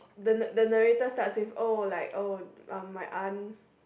the na~ the narrator starts with oh like oh um my aunt